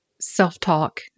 self-talk